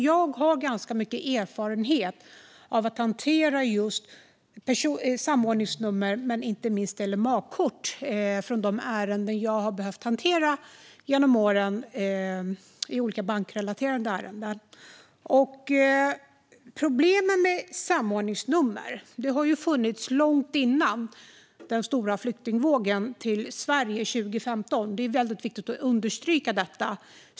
Jag har ganska mycket erfarenhet av att hantera samordningsnummer och inte minst LMA-kort från de olika bankrelaterade ärenden jag behövt handha genom åren. Problemen med samordningsnummer fanns långt före den stora flyktingvågen till Sverige 2015. Det är väldigt viktigt att understryka detta.